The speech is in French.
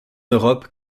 europe